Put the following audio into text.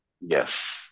Yes